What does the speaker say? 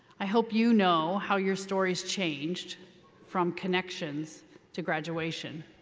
i hope you know how your stories changed from connections to graduation.